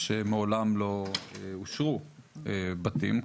שמעולם לא אושרו בתים,